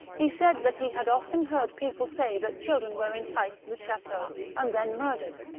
he said that he had often heard people say that children were enticed to the chateau and then murdered,